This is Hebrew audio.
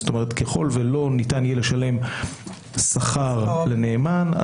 כלומר ככל ולא ניתן יהיה לשלם שכר לנאמן,